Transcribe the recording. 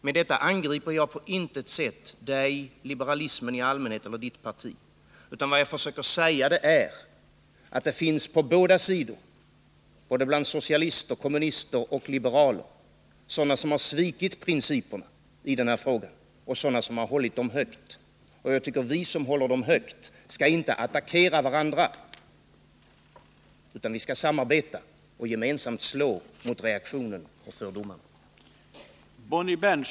Med detta angriper jag på intet sätt dig, liberalismen i allmänhet eller ditt parti, utan vad jag försöker säga är att det finns på båda sidor, bland såväl socialister, kommunister som liberaler, sådana som har svikit principerna i a och sådana som har hållit dem högt. Jag tycker att vi som håller dem högt inte skall attackera varandra, utan vi skall samarbeta och gemensamt slå mot reaktionen och fördomarna.